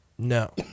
No